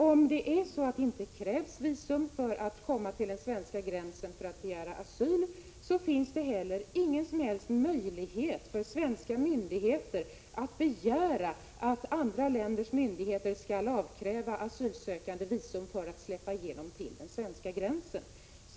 Om det inte krävs visum för att komma till Sverige och begära asyl, finns det inte heller någon som helst möjlighet för svenska myndigheter att begära att andra länders myndigheter skall avkräva asylsökande visum för att släppas igenom till den svenska gränsen.